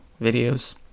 videos